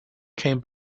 came